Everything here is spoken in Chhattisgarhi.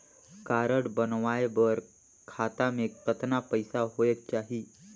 कारड बनवाय बर खाता मे कतना पईसा होएक चाही?